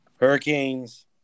Hurricanes